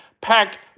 pack